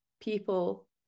people